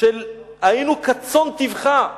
של היינו "כצאן טבחה".